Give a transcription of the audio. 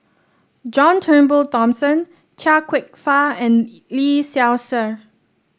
John Turnbull Thomson Chia Kwek Fah and Lee Seow Ser